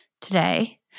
today